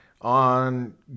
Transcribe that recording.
on